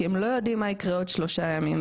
כי הם לא יודעים מה יקרה עוד שלושה ימים,